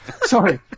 sorry